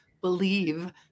believe